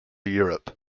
europe